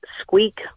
squeak